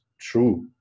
true